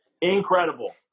incredible